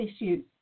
issues